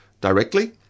directly